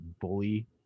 bully